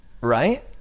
Right